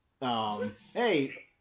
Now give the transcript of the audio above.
Hey